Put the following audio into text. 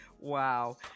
Wow